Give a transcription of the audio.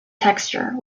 texture